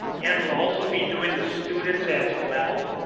and we'll also be doing the students as well.